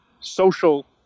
social